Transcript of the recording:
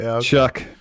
Chuck